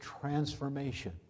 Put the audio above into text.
transformation